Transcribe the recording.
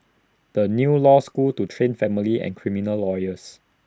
the new law school to train family and criminal lawyers